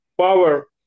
power